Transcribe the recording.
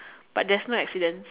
but there's no accidents